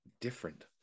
different